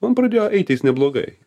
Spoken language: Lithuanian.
man pradėjo eitis neblogai